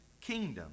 kingdom